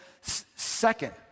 Second